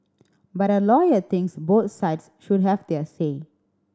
but a lawyer thinks both sides should have their say